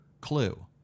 Clue